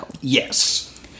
Yes